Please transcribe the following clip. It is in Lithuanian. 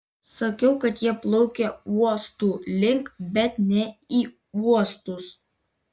sakiau kad jie plaukia uostų link bet ne į uostus